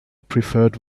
preferred